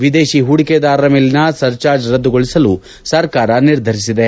ವಿದೇಶಿ ಹೂಡಿಕೆದಾರರ ಮೇಲಿನ ಸರ್ಜಾರ್ಜ್ ರದ್ದುಗೊಳಿಸಲು ಸರ್ಕಾರ ನಿರ್ಧರಿಸಿದೆ